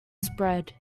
spread